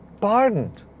pardoned